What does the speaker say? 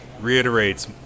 Reiterates